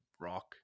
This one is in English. rock